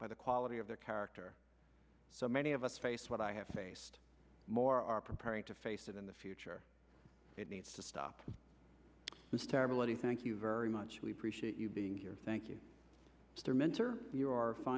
by the quality of their character so many of us face what i have faced more are preparing to face it in the future it needs to stop this terrible eddie thank you very much we appreciate you being here thank you